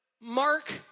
Mark